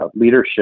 leadership